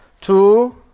Two